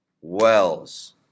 Wells